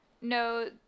No